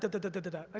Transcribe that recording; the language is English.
da-da-da-da-da-da-da, i